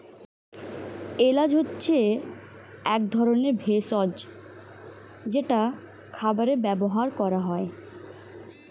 এলাচ হচ্ছে এক ধরনের ভেষজ যেটা খাবারে ব্যবহার করা হয়